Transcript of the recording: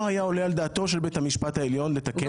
היה עולה על דעתו של בת המשפט העליון לתקן דברים כאלה.